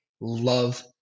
love